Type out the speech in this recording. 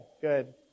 good